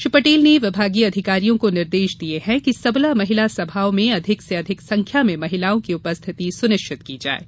श्री पटेल ने विभागीय अधिकारियों को निर्देश दिये हैं कि सबला महिला सभाओं में अधिक से अधिक संख्या में महिलाओं की उपस्थिति सुनिश्चित की जाये